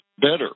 better